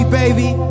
baby